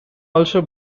also